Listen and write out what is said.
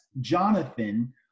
Jonathan